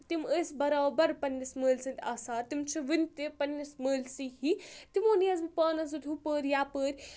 تِم ٲسۍ بَرابَر پَنٕنِس مٲلۍ سٕنٛدۍ آسان تِم چھِ وٕنہِ تہِ پَنٕنِس مٲلۍ سٕے تِمو نہ حظ مےٚ پانَس سۭتۍ ہُپٲرۍ یَپٲرۍ